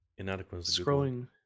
scrolling